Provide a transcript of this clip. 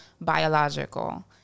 biological